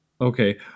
okay